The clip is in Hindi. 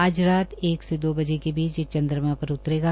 आज रात एक से दो बजे के बीच ये चन्द्रमा पर उतरेगा